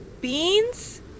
Beans